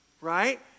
right